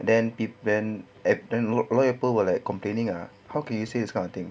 then then at then a while ago were like complaining ah how can you say this kind of things